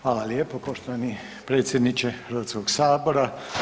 Hvala lijepo poštovani predsjedniče Hrvatskog sabora.